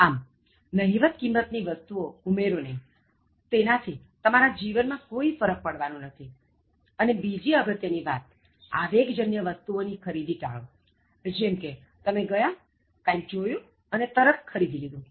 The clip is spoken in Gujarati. આમ નહિવત્ કિમતની વસ્તુઓ ઉમેરો નહી તેનાથી તમારા જીવનમાં કોઇ ફરક પડવાનો નથી અને બીજી અગત્ય ની વાત આવેગજન્ય વસ્તુઓની ખરીદી ટાળો જેમકે તમે ગયા કઈંક જોયું અને તરત ખરીદી લીધું